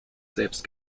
selbst